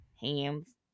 hands